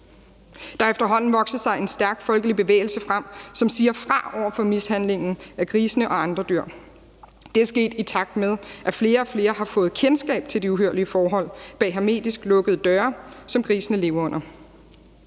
har efterhånden vokset sig en stærk folkelig bevægelse frem, som siger fra over for mishandlingen af grisene og andre dyr. Det er sket, i takt med at flere og flere har fået kendskab til de uhyrlige forhold bag hermetisk lukkede større, som grisene leve under.